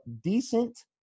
decent